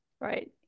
Right